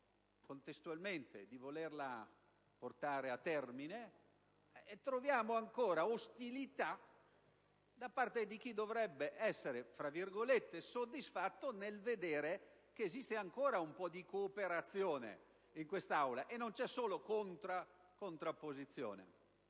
contestualmente di volerla portare a termine. Eppure troviamo ancora ostilità da parte di chi dovrebbe essere soddisfatto nel vedere che esiste ancora un po' di cooperazione in quest'Aula, e non solo contrapposizione.